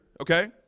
okay